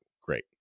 Great